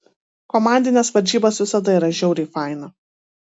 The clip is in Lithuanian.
komandinės varžybos visada yra žiauriai faina